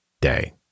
day